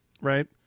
Right